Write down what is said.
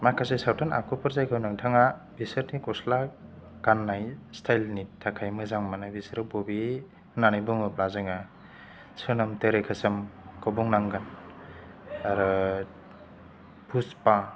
माखासे सावथुन आखुफोर जायखौ नोंथाङा बिसोरनि गस्ला गाननाय स्टाइल नि थाखाय मोजां मोनो बिसोरो बबे होननानै बुङोब्ला जोङो सोनोम थेरि खोसोम खौ बुंनांगोन आरो पुसफा